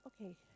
okay